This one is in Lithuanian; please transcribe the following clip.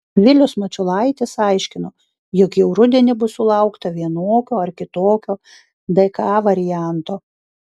vilius mačiulaitis aiškino jog jau rudenį bus sulaukta vienokio ar kitokio dk varianto